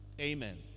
Amen